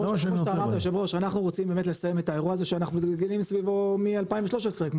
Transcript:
אנחנו רוצים לסיים את האירוע הזה שאנחנו מסתובבים סביבו מ-2013.